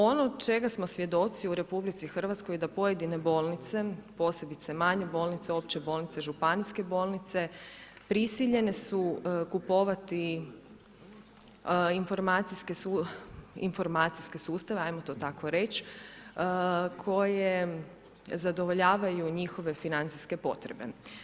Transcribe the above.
Ono čega smo svjedoci u RH da pojedine bolnice, posebice manje bolnice, opće bolnice, županijske bolnice, prisiljene su kupovati informacijske sustava, ajmo to tako reći koje zadovoljavaju njihove financijske potrebe.